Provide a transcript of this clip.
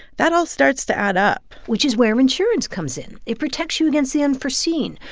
that all starts to add up which is where insurance comes in. it protects you against the unforeseen,